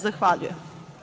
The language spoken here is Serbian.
Zahvaljujem.